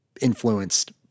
influenced